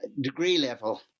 degree-level